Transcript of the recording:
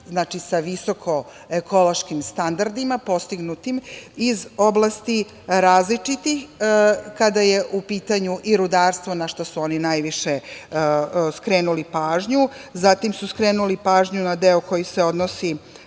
znači sa visokoekološkim standardima postignutim iz oblasti različitih kada je u pitanju i rudarstvo, na šta su oni najviše skrenuli pažnju, zatim su skrenuli pažnju na deo koji se odnosi